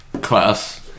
Class